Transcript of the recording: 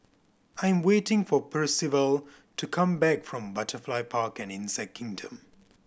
I'm waiting for Percival to come back from Butterfly Park and Insect Kingdom